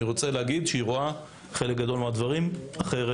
אני רוצה להגיד שהיא רואה חלק גדול מן הדברים אחרת.